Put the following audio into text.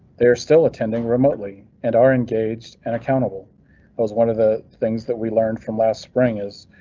they are still attending remotely and are engaged and accountable but was one of the things that we learned from last spring is.